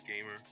Gamer